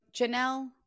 Janelle